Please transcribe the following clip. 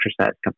exercise